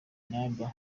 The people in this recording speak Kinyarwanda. naaba